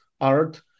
art